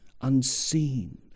Unseen